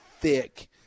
thick